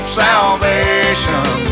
salvation